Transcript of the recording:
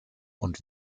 und